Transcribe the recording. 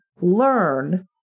learn